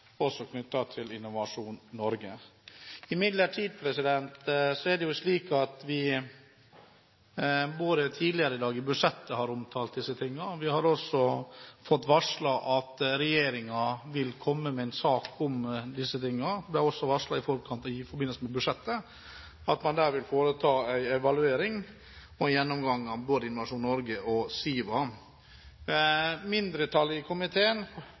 også fått varslet at regjeringen vil komme med en sak om dette. Det ble også varslet i forkant av budsjettet at man vil foreta en evaluering og gjennomgang av Innovasjon Norge og SIVA. Mindretallet i komiteen,